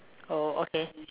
oh okay